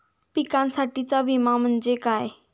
पिकांसाठीचा विमा म्हणजे काय?